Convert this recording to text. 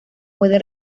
puede